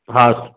हाँ